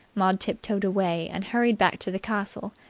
maud tiptoed away, and hurried back to the castle.